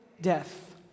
death